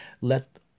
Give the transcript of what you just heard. Let